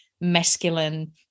masculine